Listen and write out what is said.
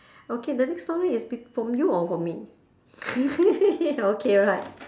okay the next story is from you or from me okay right